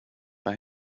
har